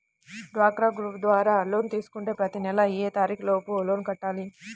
డ్వాక్రా గ్రూప్ ద్వారా లోన్ తీసుకుంటే ప్రతి నెల ఏ తారీకు లోపు లోన్ కట్టాలి?